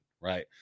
Right